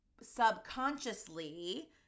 subconsciously